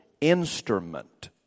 instrument